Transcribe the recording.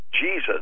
Jesus